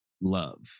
love